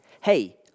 hey